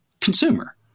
consumer